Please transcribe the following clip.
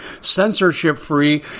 censorship-free